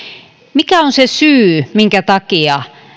mikä on se syy minkä takia